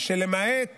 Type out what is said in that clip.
שלמעט